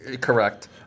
Correct